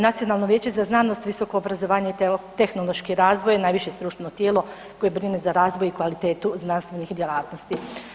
Nacionalno vijeće za znanost, visoko obrazovanje i tehnološki razvoj najviše je stručno tijelo koje brine za razvoj i kvalitetu znanstvenih djelatnosti.